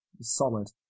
Solid